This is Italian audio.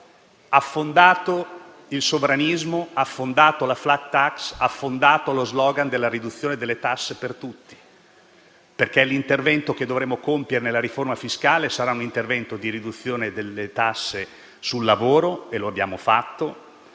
Affondato il sovranismo, affondata la *flat tax*, affondato lo *slogan* della riduzione delle tasse per tutti, l'intervento che dovremo compiere nella riforma fiscale sarà di riduzione delle tasse sul lavoro, e lo abbiamo fatto.